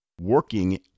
working